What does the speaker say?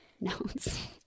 notes